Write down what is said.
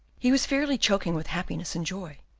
he was fairly choking with happiness and joy.